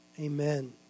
Amen